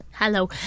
Hello